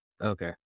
Okay